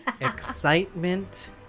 Excitement